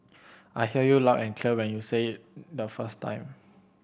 I heard you loud and clear when you said it the first time